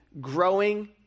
growing